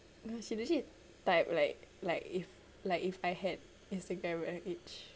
no seriously type like like if like if I had instagram at her age